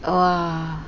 !wah!